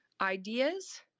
Ideas